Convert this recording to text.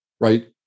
right